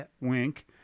wink